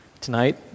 tonight